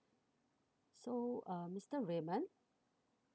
so uh mister raymond